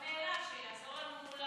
שיעזור לנו,